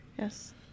yes